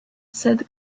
cède